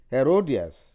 Herodias